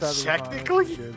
technically